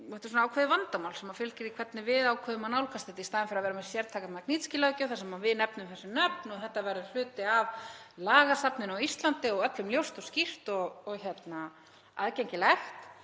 Það er samt ákveðið vandamál sem fylgir því hvernig við ákveðum að nálgast þetta í staðinn fyrir að vera með sértæka Magnitsky-löggjöf þar sem við nefnum þessi nöfn og þetta verður hluti af lagasafninu á Íslandi og öllum ljóst og skýrt og aðgengilegt,